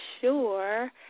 sure